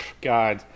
God